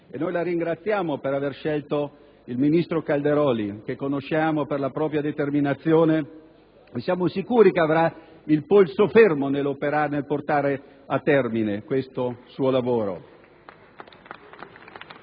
e noi la ringraziamo per aver scelto il ministro Calderoli che conosciamo per la sua determinazione e siamo sicuri che avrà il polso fermo nel portare a temine questo suo lavoro.